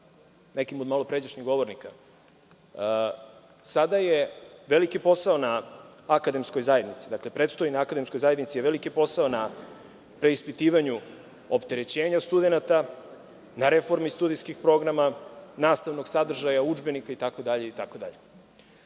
nekim od malopređašnjih govornika. Sada je veliki posao na akademskoj zajednici. Predstoji akademskoj zajednici jedan veliki posao na preispitivanju opterećenja studenata, na reformi studijskih programa, nastavnog sadržaja, udžbenika